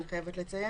אני חייבת לציין,